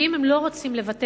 ואם הם לא רוצים לבטל,